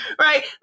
Right